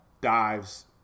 dives